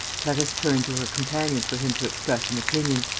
clarisse turned to her companion for him to express an opinion.